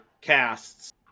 casts